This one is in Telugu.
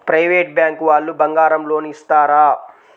ప్రైవేట్ బ్యాంకు వాళ్ళు బంగారం లోన్ ఇస్తారా?